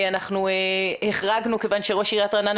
אנחנו החרגנו כיוון שראש עירית רעננה